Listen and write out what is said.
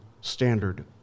standard